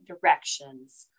directions